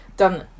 done